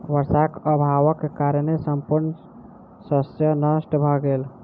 वर्षाक अभावक कारणेँ संपूर्ण शस्य नष्ट भ गेल